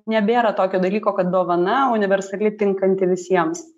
nebėra tokio dalyko kad dovana universali tinkanti visiems